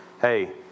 hey